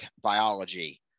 biology